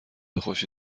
خوشی